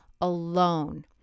alone